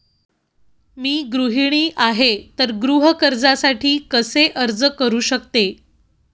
मी गृहिणी आहे तर गृह कर्जासाठी कसे अर्ज करू शकते?